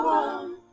one